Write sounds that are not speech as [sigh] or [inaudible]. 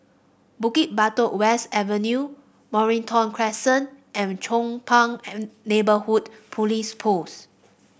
Bukit Batok West Avenue Mornington Crescent and Chong Pang [unintelligible] Neighbourhood Police Post